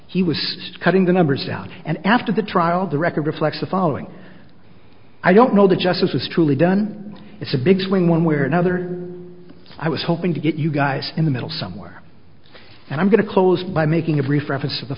he was cutting the numbers out and after the trial the record reflects the following i don't know that justice is truly done it's a big swing one way or another i was hoping to get you guys in the middle somewhere and i'm going to close by making